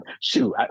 shoot